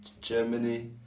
Germany